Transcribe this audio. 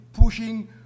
pushing